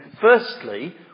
firstly